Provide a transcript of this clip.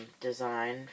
design